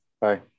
Bye